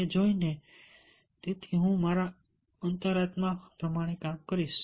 તે જોઈને તેથી હું મારા અંતરાત્મા પ્રમાણે કામ કરીશ